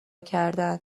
کردن